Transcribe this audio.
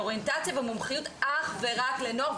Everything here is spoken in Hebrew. זה מאוריינטציה ומומחיות אך ורק לנוער,